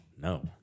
No